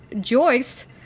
Joyce